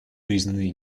признаны